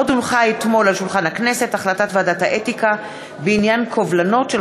עוד הונחה אתמול על שולחן הכנסת החלטת ועדת האתיקה בעניין קובלנות של